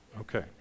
okay